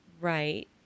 Right